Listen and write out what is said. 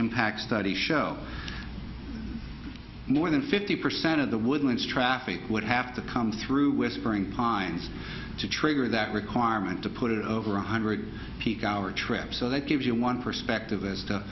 impact studies show more than fifty percent of the woodlands traffic would have to come through whispering pines to tray that requirement to put it over one hundred peak hour trip so that gives you one perspective as to